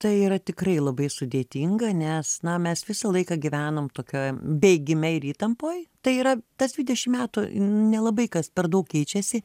tai yra tikrai labai sudėtinga nes na mes visą laiką gyvenam tokioj bėgime ir įtampoj tai yra tas dvidešim metų nelabai kas per daug keičiasi